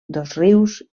dosrius